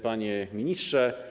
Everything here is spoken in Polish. Panie Ministrze!